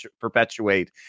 perpetuate